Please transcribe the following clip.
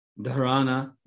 dharana